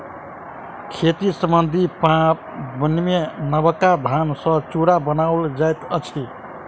खेती सम्बन्धी पाबनिमे नबका धान सॅ चूड़ा बनाओल जाइत अछि